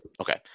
Okay